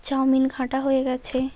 chowmein ঘাঁটা হয়ে গেছে